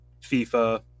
FIFA